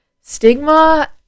Stigma